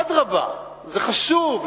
אדרבה, זה חשוב.